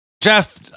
Jeff